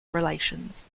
relations